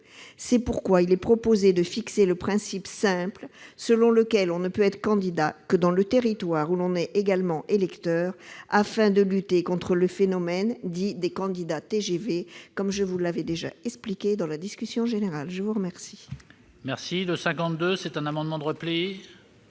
C'est pourquoi il est proposé de fixer le principe simple selon lequel on ne peut être candidat que dans le territoire où l'on est également électeur, afin de lutter contre le phénomène dit des candidats TGV, comme je vous l'avais déjà expliqué lors de la discussion générale. L'amendement